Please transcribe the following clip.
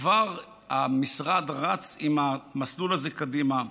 כבר המשרד רץ עם המסלול הזה קדימה,